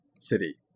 city